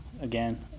again